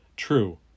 True